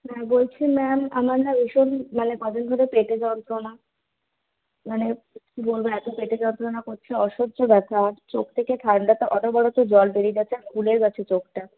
হ্যাঁ বলছি ম্যাম আমার না ভীষণ মানে কদিন ধরে পেটে যন্ত্রণা মানে কি বলব এত পেটে যন্ত্রণা করছে অসহ্য ব্যথা চোখ থেকে ঠান্ডাতে অনবরত জল বেরিয়ে যাচ্ছে আর ফুলে গেছে চোখটা